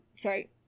Sorry